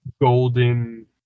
golden